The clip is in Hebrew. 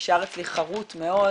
נשאר אצלי חרוט מאוד